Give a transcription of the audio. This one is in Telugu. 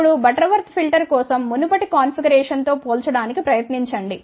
ఇప్పుడు బటర్వర్త్ ఫిల్టర్ కోసం మునుపటి కాన్ఫిగరేషన్తో పోల్చడానికి ప్రయత్నించండి